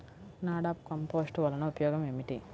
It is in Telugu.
నాడాప్ కంపోస్ట్ వలన ఉపయోగం ఏమిటి?